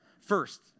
First